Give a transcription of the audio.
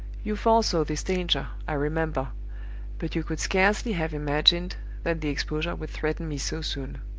you foresaw this danger, i remember but you could scarcely have imagined that the exposure would threaten me so soon.